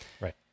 Right